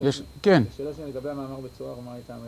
יש, כן.